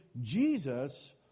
Jesus